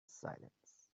silence